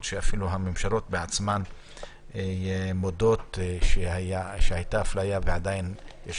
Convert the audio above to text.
שאפילו הממשלות בעצמן מודות בכך שהייתה אפליה ושעדיין יש